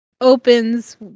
opens